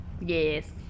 Yes